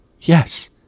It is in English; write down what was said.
Yes